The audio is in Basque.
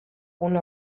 gune